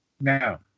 Now